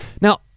Now